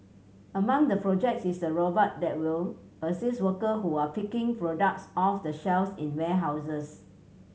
among the projects is a robot that will assist worker who are picking products off the shelves in warehouses